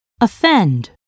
offend